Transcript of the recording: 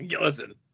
listen